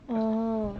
(uh huh)